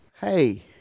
Hey